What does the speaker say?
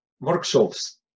workshops